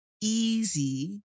easy